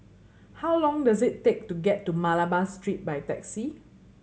how long does it take to get to Malabar Street by taxi